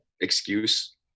excuse